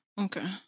Okay